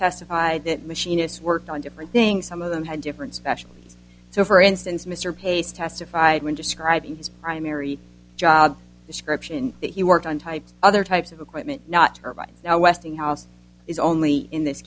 testified that machinists worked on different things some of them had different specialties so for instance mr pace testified when describing his primary job description that he worked on types other types of equipment not right now westinghouse is only in this